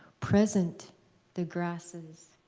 present the grasses.